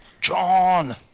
John